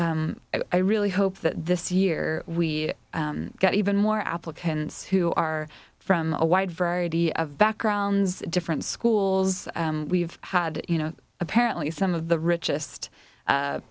and i really hope that this year we get even more applicants who are from a wide variety of backgrounds different schools we've had you know apparently some of the richest